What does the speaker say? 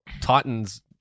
Titans